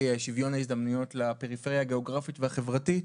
שוויון ההזדמנויות לפריפריה הגיאוגרפית והחברתית,